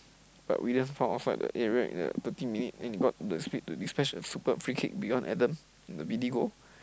but Willian fall outside the area in the thirty minute and got the speed to dispatch a superb free-kick beyond Adam in the Vidi goal